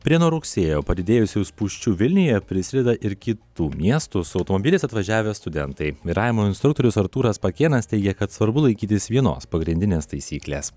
prie nuo rugsėjo padidėjusių spūsčių vilniuje prisideda ir kitų miestų su automobiliais atvažiavę studentai vairavimo instruktorius artūras pakėnas teigia kad svarbu laikytis vienos pagrindinės taisyklės